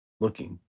looking